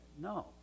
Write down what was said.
No